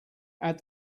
add